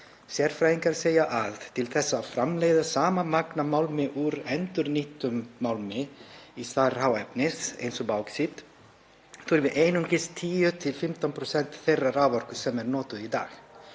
Sérfræðingar segja að til þess að framleiða sama magn af málmi úr endurnýttum málmi í stað hráefnis eins og báxíts þurfi einungis 10–15% þeirrar raforku sem er notuð í dag.